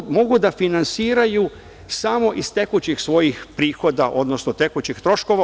Dakle, mogu da finansiraju samo iz tekućih svojih prihoda, odnosno tekućih troškova.